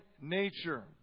nature